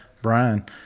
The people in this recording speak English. brian